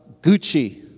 Gucci